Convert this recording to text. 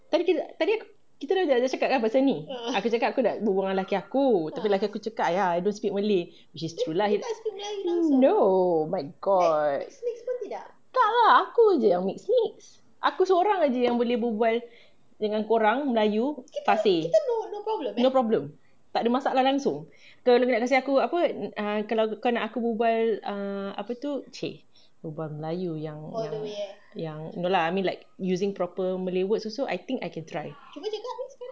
tadi kita tadi kita dah macam cakap kan pasal ni aku cakap aku nak berbual dengan laki aku tapi laki aku cakap ya I don't speak malay which is true lah he no oh my god tak aku jer mixed mixed aku sorang jer yang boleh berbual dengan korang melayu fasih no problem takde masalah langsung kalau nak kasi aku apa kalau kau nak aku berbual apa tu !chey! berbual melayu yang yang no lah I mean like using proper malay words also I think I can try